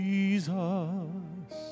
Jesus